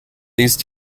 these